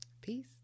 peace